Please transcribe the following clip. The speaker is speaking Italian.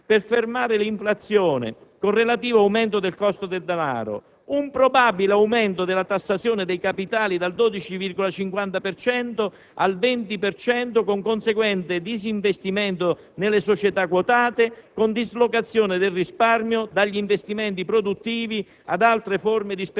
un aumento dei tassi di interesse della Banca centrale europea per fermare l'inflazione con relativo aumento del costo del danaro; un probabile aumento della tassazione dei capitali dal 12,50 al 20 per cento, con conseguente disinvestimento nelle società quotate, con dislocazione del risparmio